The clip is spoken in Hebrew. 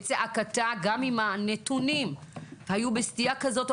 כצעקתה גם אם הנתונים היו בסטייה כזו או